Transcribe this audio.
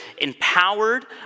empowered